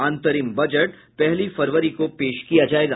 अंतरिम बजट पहली फरवरी को पेश किया जाएगा